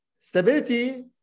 Stability